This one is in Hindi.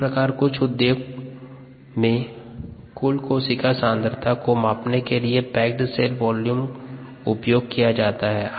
इस प्रकार कुछ उद्योग में कुल कोशिका सांद्रता को मापने के लिए पैक्ड सेल वॉल्यूम उपयोग किया जाता है